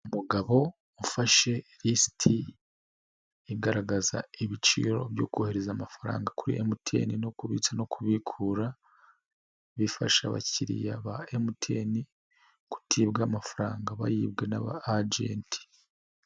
Umugabo ufashe ilisiti igaragaza ibiciro byo kohereza amafaranga kuri MTN no kubitsa no kubikura. Bifasha abakiriya ba MTN kutibwa amafaranga bayibwe n'aba ajenti.